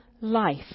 life